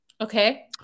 Okay